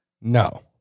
no